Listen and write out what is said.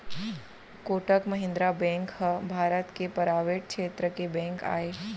Kotak Mahindra bank ह भारत के private छेत्र के बेंक आय